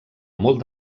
molt